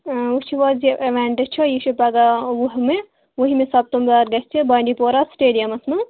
اۭں وٕچھِو حَظ یہِ اِوینٛٹ چھُ یہِ چھُ پَگاہ وُہِمہِ وُہمہِ سَپٹمبَر گژھِ بانڈی پورہ سَٹیڈیمس منٛز